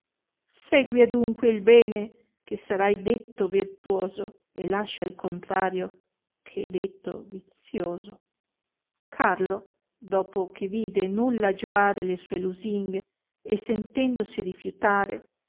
segui adunque il bene che sarai detto virtuoso e lascia il contrario che è detto vizioso carlo dopo che vide nulla giovare le sue lusinghe e sentendosi rifiutare